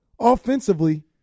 Offensively